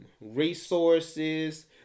resources